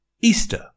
Easter